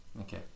Okay